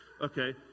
okay